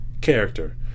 character